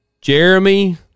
Jeremy